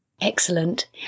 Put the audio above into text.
Excellent